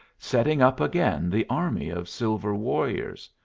setting up again the army of silver warriors.